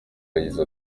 yagize